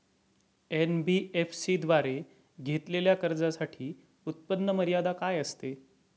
NBFC द्वारे घेतलेल्या कर्जासाठी उत्पन्न मर्यादा काय असते?